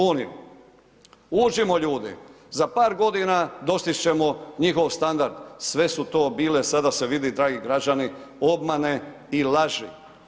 Uđimo ljudi, za par godina dostići ćemo njihov standard, sve su to bile sada se vidi dragi građani obmane i laži.